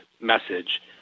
message